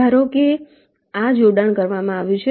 ધારો કે આ જોડાણ કરવામાં આવ્યું છે